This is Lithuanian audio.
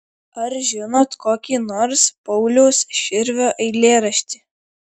ar žinot kokį nors pauliaus širvio eilėraštį